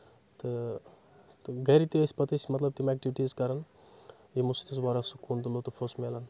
تہٕ تہٕ گرِ تہِ ٲسۍ پَتہٕ ٲسۍ مطلب تِم ایٚکٹِوِٹیٖز کران یِمو سۭتۍ اوس واریاہ سکوٗن تہٕ لُطُف اوس مِلان